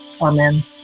Amen